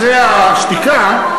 אחרי השתיקה,